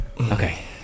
Okay